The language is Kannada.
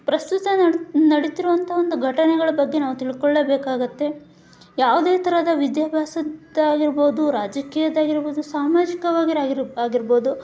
ಪ್ರಸ್ತುತ ನಡ್ ನಡಿತಿರುವಂಥ ಒಂದು ಘಟನೆಗಳ ಬಗ್ಗೆ ನಾವು ತಿಳ್ಕೊಳ್ಳೇಬೇಕಾಗತ್ತೆ ಯಾವುದೇ ತರಹದ ವಿದ್ಯಾಭ್ಯಾಸದ್ದಾಗಿರ್ಬೋದು ರಾಜಕೀಯದ್ದಾಗಿರ್ಬೋದು ಸಾಮಾಜಿಕವಾಗಿರ ರಾಗಿರ ಆಗಿರ್ಬೋದು